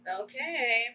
Okay